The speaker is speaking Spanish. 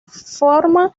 forma